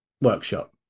workshop